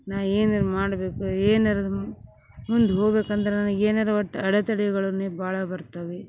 ನಾ ಏನಾರ ಮಾಡಬೇಕು ಏನಾರ ಮುಂದೆ ಹೋಗ್ಬೇಕಂದ್ರೆ ನನಗೆ ಏನಾರ ಒಟ್ಟು ಅಡೆತಡೆಗಳು ನನಗೆ ಭಾಳ ಬರ್ತವೆ